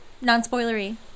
Non-spoilery